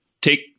Take